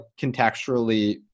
contextually